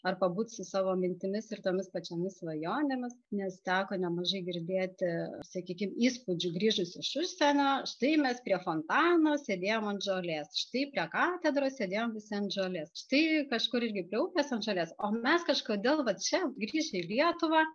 ar pabūt su savo mintimis ir tomis pačiomis svajonėmis nes teko nemažai girdėti sakykim įspūdžių grįžus iš užsienio štai mes prie fontano sėdėjom ant žolės štai prie katedros sėdėjom visi ant žolės štai kažkur irgi prie upės ant žolės o mes kažkodėl va čia grįžę į lietuvą